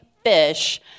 fish